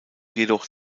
jedoch